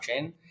blockchain